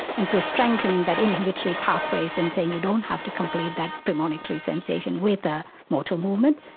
and so strengthening that inhibitory pathway and saying you don't have to complete that premonitory sensation with a motor movement,